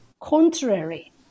contrary